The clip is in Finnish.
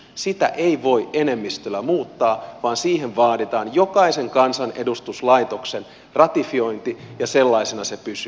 sitä ei voi enemmistöllä muuttaa vaan siihen vaaditaan jokaisen kansanedustuslaitoksen ratifiointi ja sellaisena se pysyy